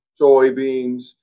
soybeans